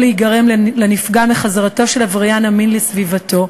להיגרם לנפגע מחזרתו של עבריין המין לסביבתו,